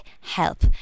help